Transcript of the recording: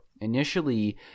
initially